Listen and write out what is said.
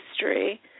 history